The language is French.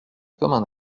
commun